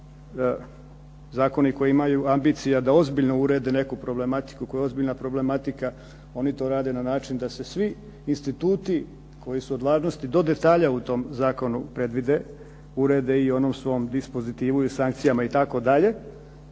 pa zakoni koji imaju ambicija da ozbiljno urede neku problematiku. Ako je ozbiljna problematika oni to rade na način da se svi instituti koji su od važnosti do detalja u tom zakonu predvide i urede, i u onom svom dispozitivu i sankcijama itd.